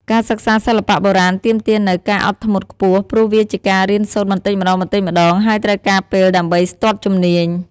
ការសិក្សាសិល្បៈបុរាណទាមទារនូវ ការអត់ធ្មត់ខ្ពស់ ព្រោះវាជាការរៀនសូត្របន្តិចម្ដងៗ ហើយត្រូវការពេលដើម្បីស្ទាត់ជំនាញ។